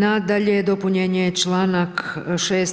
Nadalje, dopunjen je članak